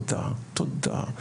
תודה,